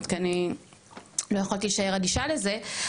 כי אני לא יכולתי להישאר אדישה לזה,